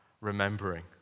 remembering